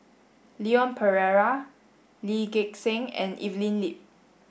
Leon Perera Lee Gek Seng and Evelyn Lip